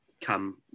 come